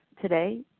today